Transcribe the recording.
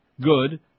good